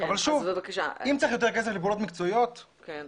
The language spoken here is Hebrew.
אבל שוב אם צריך יותר כסף לפעולות מקצועיות --- כן,